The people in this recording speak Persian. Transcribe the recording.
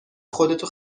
خودتو